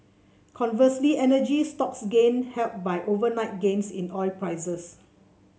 conversely energy stocks gained helped by overnight gains in oil prices